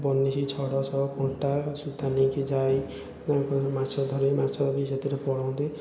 ବନିଶୀ ଛଡ଼ ସହ କଣ୍ଟା ସୂତା ନେଇକି ଯାଏ ତାଙ୍କ ମାଛ ଧରି ମାଛ ବି ସେଥିରେ ପଡ଼ନ୍ତି